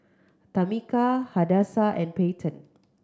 Tamika Hadassah and Peyton